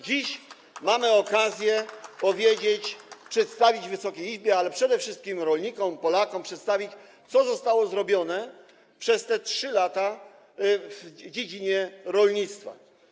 Dziś mamy okazję powiedzieć, przedstawić Wysokiej Izbie, ale przede wszystkim rolnikom, Polakom, co zostało zrobione przez te 3 lata w dziedzinie rolnictwa.